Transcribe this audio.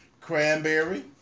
cranberry